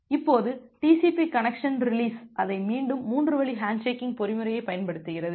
இப்போது TCP connection release அதை மீண்டும் 3 வழி ஹேண்ட்ஷேக்கிங் பொறிமுறையைப் பயன்படுத்துகிறது